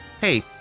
Hey